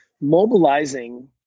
mobilizing